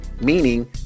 meaning